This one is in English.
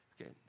Okay